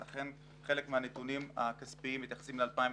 ולכן חלק מהנתונים הכספיים מתייחסים ל-2018.